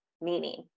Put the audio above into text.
meaning